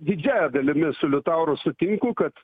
didžiąja dalimi su liutauru sutinku kad